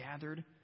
gathered